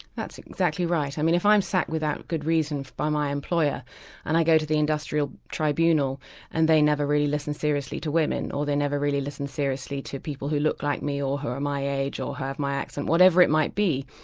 that's exactly right. i mean if i'm sacked without good reason by my employer and i go to the industrial tribunal and they never really listen seriously to women, or they never really listen seriously to people who look like me or who are my age or have my accent, whatever it might be,